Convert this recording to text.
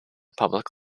public